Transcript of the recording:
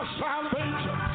salvation